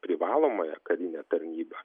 privalomąją karinę tarnybą